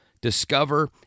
discover